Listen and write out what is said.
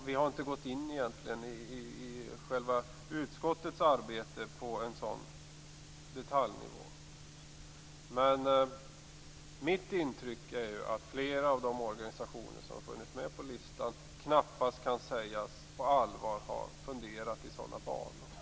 Vi har i utskottets arbete egentligen inte gått in på en sådan detaljnivå. Mitt intryck är dock att flera av organisationerna på listan knappast kan sägas ha på allvar funderat i sådana banor.